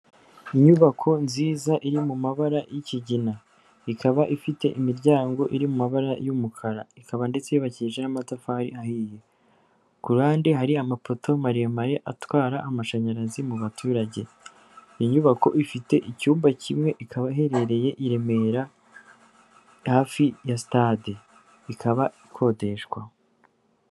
Inyubako nziza iri mu mabara y'ikigina, ikaba ifite imiryango iri mu mabara y'umukara, ikaba ndetse yubakije n'amatafari ahiye, ku ruhande hari amapoto maremare atwara amashanyarazi mu baturage, ni nyubako ifite icyumba kimwe ikaba iherereye i Remera hafi ya stade ikaba ikodeshwa.